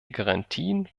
garantien